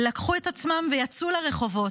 לקחו את עצמם ויצאו לרחובות,